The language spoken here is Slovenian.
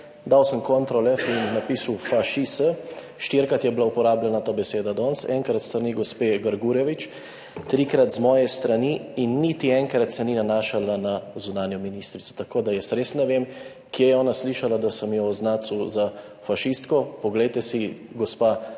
dal sem »Control F« in napisal »fašis«, štirikrat je bila uporabljena ta beseda danes, enkrat s strani gospe Grgurevič, trikrat z moje strani in niti enkrat se ni nanašala na zunanjo ministrico. Tako da jaz res ne vem kje je ona slišala, da sem jo označil za fašistko. Poglejte si, gospa,